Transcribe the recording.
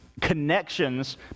connections